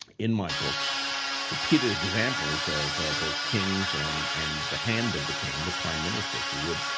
in my books repeated examples of both kings and and the hand of the king, the prime minister if you would,